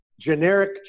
generic